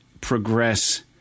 progress